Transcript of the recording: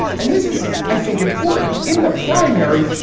and this is, i think, important in the primary.